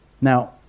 Now